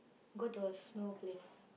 go to a snow place